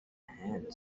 hand